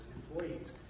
employees